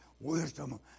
wisdom